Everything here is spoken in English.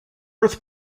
earth